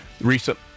recent